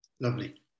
Lovely